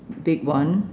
big one